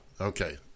Okay